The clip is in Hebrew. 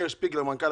שמעתי